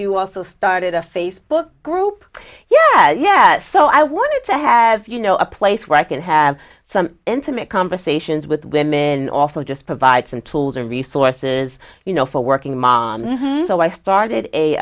you also started a facebook group yeah yeah so i want to have you know a place where i can have some intimate conversations with women also just provide some tools or resources you know for working moms so i started